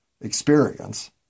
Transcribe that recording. experience